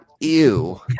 Ew